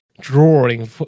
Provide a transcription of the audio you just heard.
drawing